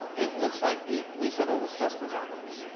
it looks like. lee sedol has just resigned,